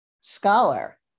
scholar